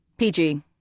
PG